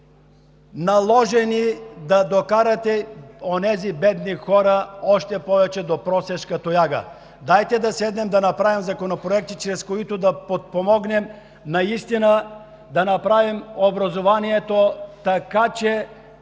санкции да докарате онези бедни хора още повече до просешка тояга. Дайте да седнем да направим законопроекти, чрез които да подпомогнем и да направим образованието такова, че